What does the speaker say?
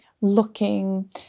looking